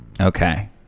Okay